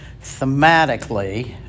thematically